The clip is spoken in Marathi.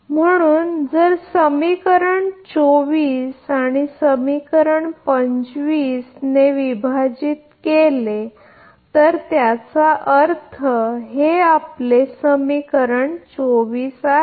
म्हणून जर समीकरण 24 समीकरण 25 ने विभाजित केले तर त्याचा अर्थ हे आपले समीकरण 24 आहे